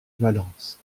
valence